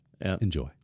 Enjoy